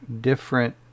different